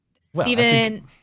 Steven